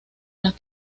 las